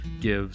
gives